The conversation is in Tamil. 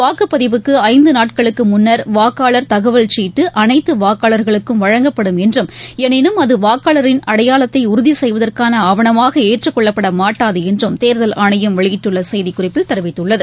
வாக்குப்பதிவுக்கு ஐந்து நாட்களுக்கு முன்னர் வாக்காளர் தகவல் சீட்டு அனைத்து வாக்காளர்களுக்கும் வழங்கப்படும் என்றும் எளினும் அது வாக்காளரின் அடையாளத்தை உறுதி செய்வதற்கான ஆவணமாக ஏற்றுக்கொள்ளப்பட மாட்டாது என்றும் தேர்தல் ஆணையம் வெளியிட்டுள்ள செய்திக்குறிப்பில் தெரிவித்துள்ளது